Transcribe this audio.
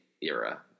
era